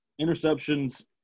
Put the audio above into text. interceptions